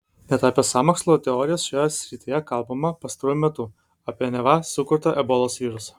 net apie sąmokslo teorijas šioje srityje kalbama pastaruoju metu apie neva sukurtą ebolos virusą